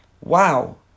wow